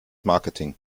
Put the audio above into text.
marketing